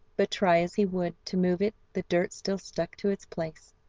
but try as he would to move it the dirt still stuck to its place.